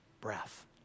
breath